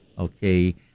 Okay